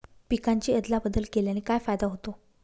पिकांची अदला बदल केल्याने काय फायदा होतो?